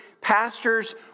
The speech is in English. pastors